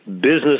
business